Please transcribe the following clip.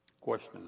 Question